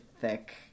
thick